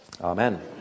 Amen